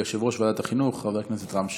ליושב-ראש ועדת החינוך, חבר הכנסת רם שפע.